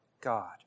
God